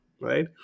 right